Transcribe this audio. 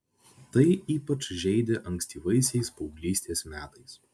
tai ypač žeidė ankstyvaisiais paauglystės metais